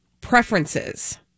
preferences